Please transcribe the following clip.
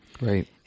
Right